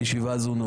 ישיבה זו נעולה.